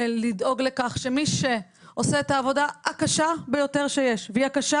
לדאוג לכך שמי שעושה את העבודה הקשה ביותר שיש והיא הקשה